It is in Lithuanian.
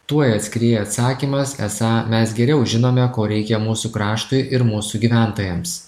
tuoj atskrieja atsakymas esą mes geriau žinome ko reikia mūsų kraštui ir mūsų gyventojams